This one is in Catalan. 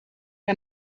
que